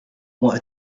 want